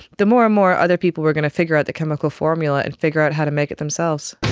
the more and more other people were going to figure out the chemical formula and figure out how to make it themselves.